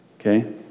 okay